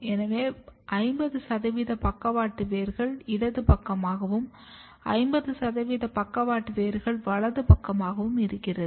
எனவே 50 சதவீத பக்கவாட்டு வேர்கள் இடது பக்கமாகவும் 50 சதவீத பக்கவாட்டு வேர்கள் வலது பக்கமாகவும் இருக்கிறது